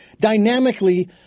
dynamically